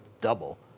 double